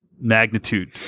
magnitude